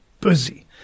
busy